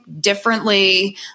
differently